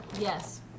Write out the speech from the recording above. Yes